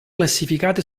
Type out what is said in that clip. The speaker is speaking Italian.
classificate